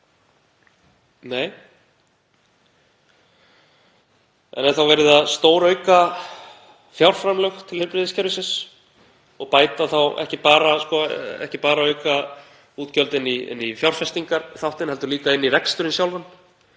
Nei. En er þá verið að stórauka fjárframlög til heilbrigðiskerfisins, og þá ekki bara að auka útgjöld í fjárfestingarþáttinn heldur líka inn í reksturinn sjálfan